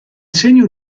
segno